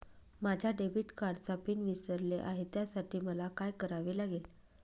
माझ्या डेबिट कार्डचा पिन विसरले आहे त्यासाठी मला काय करावे लागेल?